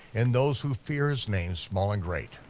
and those who fear his name small and great.